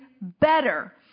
better